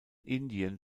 indien